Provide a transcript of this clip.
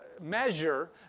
measure